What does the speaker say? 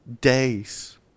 days